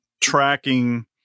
tracking